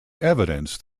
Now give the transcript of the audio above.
evidence